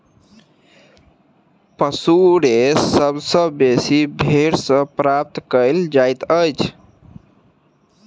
पशु रेशा सभ सॅ बेसी भेंड़ सॅ प्राप्त कयल जाइतअछि